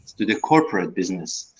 the the corporate business.